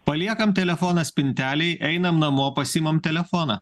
paliekam telefoną spintelėj einam namo pasiimam telefoną